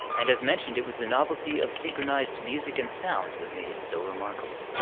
and as mentioned it was the novelty of synchronized music and sound that made it so remarkable.